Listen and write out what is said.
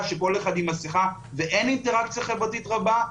שכל אחד עם מסכה ואין אינטראקציה חברתית רבה,